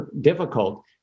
difficult